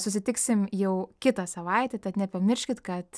susitiksim jau kitą savaitę tad nepamirškit kad